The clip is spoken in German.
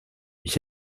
ich